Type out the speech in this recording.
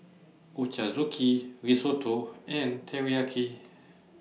Ochazuke Risotto and Teriyaki